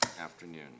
afternoon